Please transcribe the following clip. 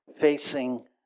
facing